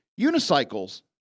Unicycles